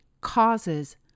causes